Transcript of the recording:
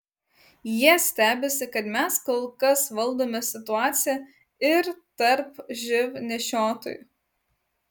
jie stebisi kad mes kol kas valdome situaciją ir tarp živ nešiotojų